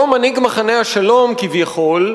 אותו מנהיג מחנה השלום, כביכול,